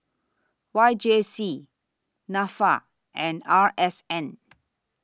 Y J C Nafa and R S N